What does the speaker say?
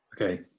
okay